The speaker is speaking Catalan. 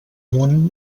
món